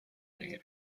بگیریم